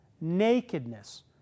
nakedness